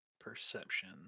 Perception